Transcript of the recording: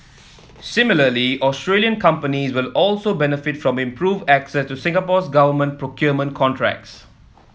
similarly Australian companies will also benefit from improved access to Singapore's government procurement contracts